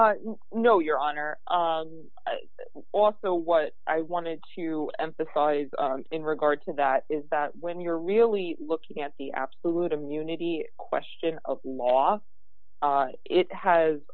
no your honor also what i wanted to emphasize in regard to that is that when you're really looking at the absolute immunity question of law it has